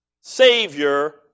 Savior